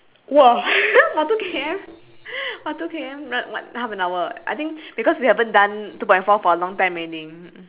!wah! for two K_M !wah! two K_M run what half an hour I think because we haven't done two point four for a long time already